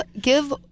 give